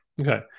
Okay